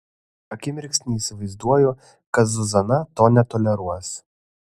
akimirksnį įsivaizduoju kad zuzana to netoleruos